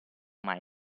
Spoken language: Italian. mai